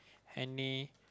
any